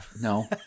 No